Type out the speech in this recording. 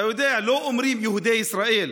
אתה יודע, לא אומרים "יהודי ישראל".